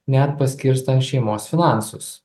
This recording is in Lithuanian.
net paskirstant šeimos finansus